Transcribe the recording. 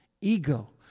Ego